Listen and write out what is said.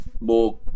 more